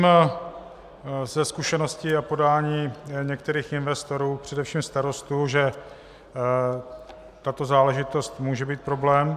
Vím ze zkušenosti a podání některých investorů, především starostů, že tato záležitost může být problém.